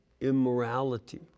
immorality